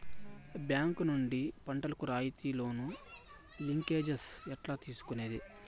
Bank నుండి పంటలు కు రాయితీ లోను, లింకేజస్ ఎట్లా తీసుకొనేది?